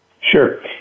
Sure